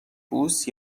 بوس